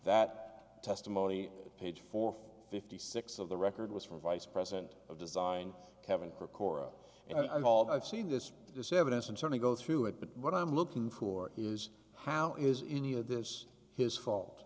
that testimony page four fifty six of the record was from vice president of design kevin precor and i'm although i've seen this this evidence and sony go through it but what i'm looking for is how is any of this his fault